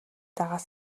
дагаад